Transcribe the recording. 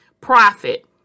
profit